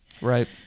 Right